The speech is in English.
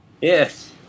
Yes